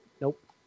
Nope